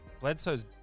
Bledsoe's